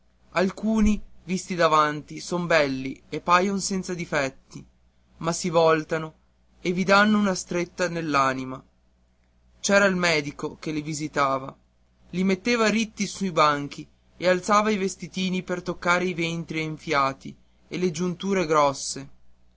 alcuni visti davanti son belli e paion senza difetti ma si voltano e vi danno una stretta all'anima c'era il medico che li visitava i metteva ritti sui banchi e alzava i vestitini per toccare i ventri enfiati e le giunture grosse